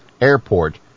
airport